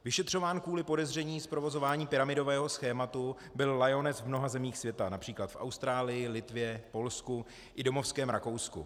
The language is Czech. Vyšetřován kvůli podezření z provozování pyramidového schématu byl Lyoness v mnoha zemích světa, například v Austrálii, Litvě, Polsku i domovském Rakousku.